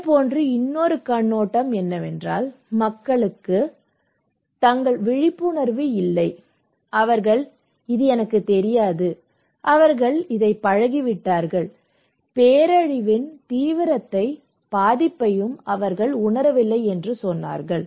இதேபோன்ற இன்னொரு கண்ணோட்டம் என்னவென்றால் மக்கள் தங்களுக்கு விழிப்புணர்வு இல்லை அவர்களுக்குத் தெரியாது அவர்கள் பழகிவிட்டார்கள் பேரழிவின் தீவிரத்தையும் பாதிப்பையும் அவர்கள் உணரவில்லை என்று சொன்னார்கள்